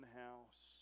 house